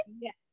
Yes